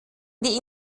die